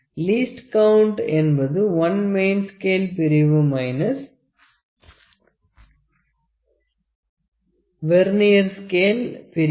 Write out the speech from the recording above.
least count 1 main scale பிரிவு vernier scale பிரிவு